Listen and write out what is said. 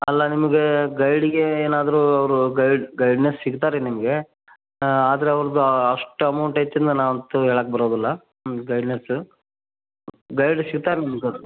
ಅಲ್ಲ ನಿಮಗೆ ಗೈಡಿಗೆ ಏನಾದರೂ ಅವರು ಗೈಡ್ ಗೈಡ್ನೆಸ್ ಸಿಗ್ತಾರೆ ನಿಮಗೆ ಆದ್ರೆ ಅವ್ರದ್ದು ಎಷ್ಟ್ ಅಮೌಂಟ್ ಐತಿನ್ನು ನಾ ಅಂತೂ ಹೇಳಕ್ ಬರೋದಿಲ್ಲ ಹ್ಞು ಗೈಡ್ನೆಸ್ಸು ಗೈಡ್ ಸಿಗ್ತಾರೆ ನಿಮ್ಗೆ